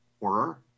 horror